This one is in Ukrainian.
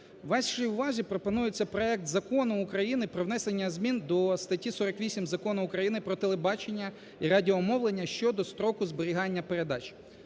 Вашій увазі пропонується проект Закону України про внесення змін до статті 48 Закону України "Про телебачення і радіомовлення" (щодо строку зберігання передач).